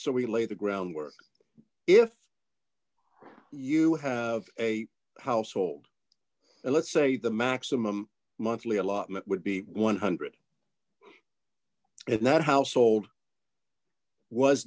so we lay the groundwork if you have a household and let's say the maximum monthly allotment would be one hundred if not household was